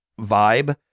vibe